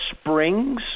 Springs